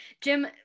Jim